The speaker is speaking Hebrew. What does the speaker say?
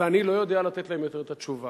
ואני לא יודע לתת להם יותר את התשובה,